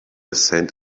cent